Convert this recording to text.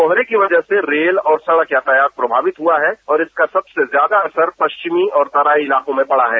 कोहरे की वजह से रेल और सड़क यातायात प्रभावित हुआ है और इसका सबसे ज्यादा असर पश्चिमी और तराई इलाकों में पड़ा है